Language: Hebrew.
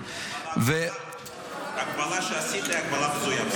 --- אבל ההקבלה שעשית היא הקבלה בזויה בסוף.